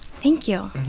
thank you.